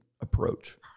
approach